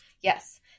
Yes